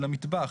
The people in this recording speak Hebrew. של המטבח.